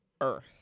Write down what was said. Earth